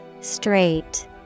Straight